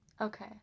Okay